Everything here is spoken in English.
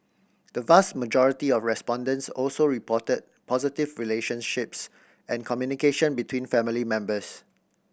the vast majority of respondents also reported positive relationships and communication between family members